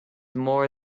more